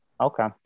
okay